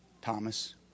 Thomas